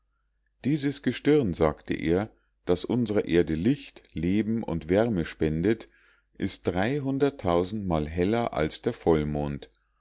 dieses gestirn sagte er das unsrer erde licht leben und wärme spendet ist mal heller als der vollmond